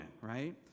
right